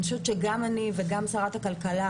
אני חושבת שגם אני וגם שרת הכלכלה